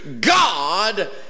God